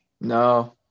No